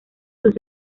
sus